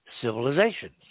civilizations